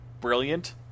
brilliant